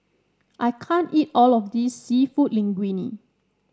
I can't eat all of this seafood Linguine